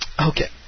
Okay